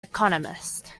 economist